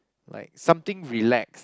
like something relax